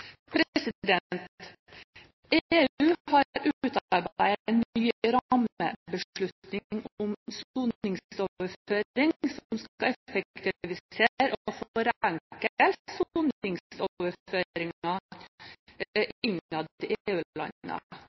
EU har utarbeidet en ny rammebeslutning om soningsoverføring som skal